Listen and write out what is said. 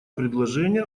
предложение